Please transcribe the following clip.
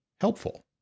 helpful